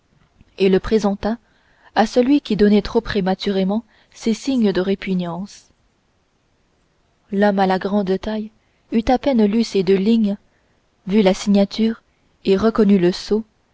et le présenta à celui qui donnait trop prématurément ces signes de répugnance l'homme à la grande taille eut à peine lu ces deux lignes vu la signature et reconnu le sceau